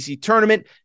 tournament